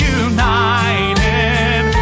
united